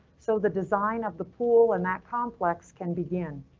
so the design of the pool and that complex can begin.